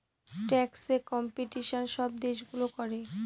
ট্যাক্সে কম্পিটিশন সব দেশগুলো করে